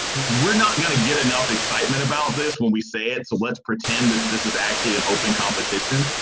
we're not going to get enough excitement about this when we said so. let's pretend that this is actually an open competition.